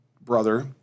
brother